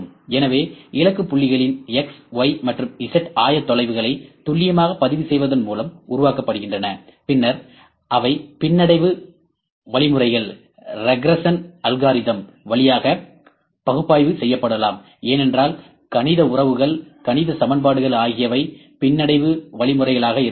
எனவே இலக்கு புள்ளிகளின் XY மற்றும் Z ஆயத்தொலைவுகளை துல்லியமாக பதிவு செய்வதன் மூலம் உருவாக்கப்படுகின்றன பின்னர் அவை பின்னடைவு வழிமுறைகள் வழியாக பகுப்பாய்வு செய்யப்படலாம் ஏனென்றால் கணித உறவுகள் கணித சமன்பாடுகள் ஆகியவை பின்னடைவு வழிமுறைகளாக இருக்கலாம்